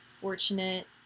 fortunate